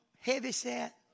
heavyset